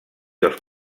els